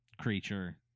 creature